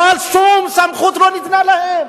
אבל שום סמכות לא ניתנה להם.